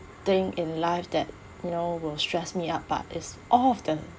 thing in life that you know will stress me up but it's all of the